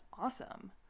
awesome